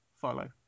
follow